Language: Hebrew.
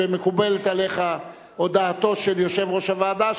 ומקובלת עליך הודעתו של יושב-ראש הוועדה,